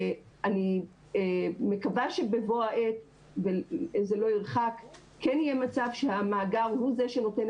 אני מקווה שבבוא העת כן יהיה מצב שהמאגר הוא זה שנותן